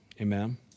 Amen